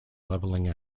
leveling